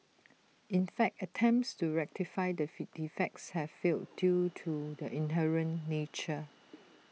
in fact attempts to rectify the defects have failed due to their inherent nature